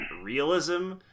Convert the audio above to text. realism